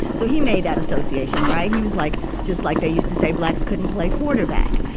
so he made that association. right. he was like just like they used to say blacks couldn't play quarterback.